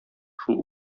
шул